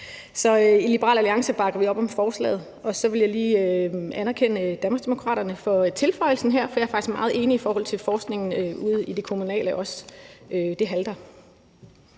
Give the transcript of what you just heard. Så i Liberal Alliance bakker vi op om forslaget. Og så vil jeg lige anerkende Danmarksdemokraterne for tilføjelsen her, for jeg er faktisk meget enig i forhold til forskningen ude i det kommunale. Det halter.